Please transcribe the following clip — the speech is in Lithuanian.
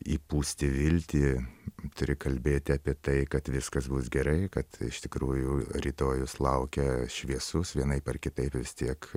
įpūsti viltį turi kalbėti apie tai kad viskas bus gerai kad iš tikrųjų rytojus laukia šviesus vienaip ar kitaip vis tiek